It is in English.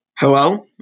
Hello